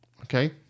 Okay